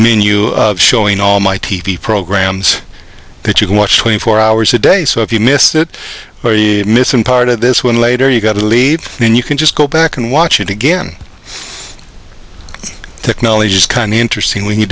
you showing all my t v programs that you can watch twenty four hours a day so if you missed it or you miss some part of this when later you got to leave then you can just go back and watch it again technology is kind of interesting when you